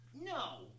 No